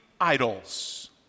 idols